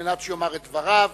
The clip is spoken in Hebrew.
כדי שיאמר את דבריו.